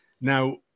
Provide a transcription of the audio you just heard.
Now